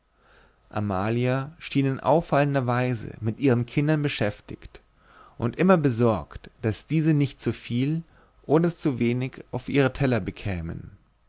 amalia schien in auffallender weise mit ihren kindern beschäftigt und immer besorgt daß diese nicht zuviel oder zuwenig auf ihre teller bekämen